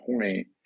point